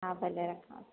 भा भले हा